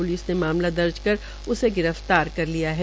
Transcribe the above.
police ने मामला दर्ज कर उसे गिरफ्तार कर लिया है